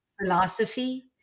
philosophy